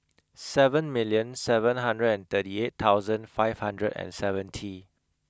seven million seven hundred and thirty eight thousand five hundred and seventy